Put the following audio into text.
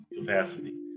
capacity